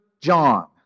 John